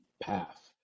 path